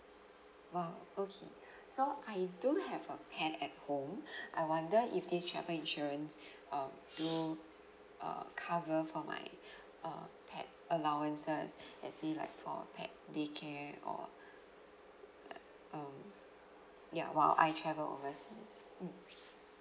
!wow! okay so I do have a pet at home I wonder if this travel insurance uh do uh cover for my uh pet allowances let's say like for pet daycare or like um ya while I travel overseas mm